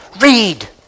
Read